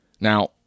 Now